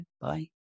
bye